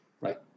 right